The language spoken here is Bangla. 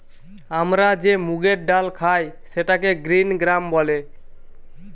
আমরা যে মুগের ডাল খাই সেটাকে গ্রিন গ্রাম বলে